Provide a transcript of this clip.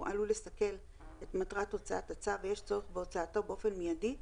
עלול לסכל את מטרת הוצאת הצו ויש צורך בהוצאתו באופן מיידי,